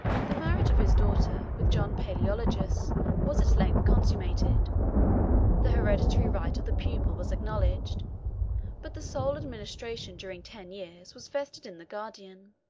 the marriage of his daughter with john palaeologus was at length consummated the hereditary right of the pupil was acknowledged but the sole administration during ten years was vested in the guardian.